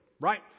right